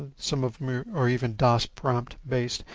ah some of em are, are even dos prompt based.